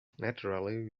naturally